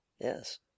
yes